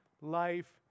Life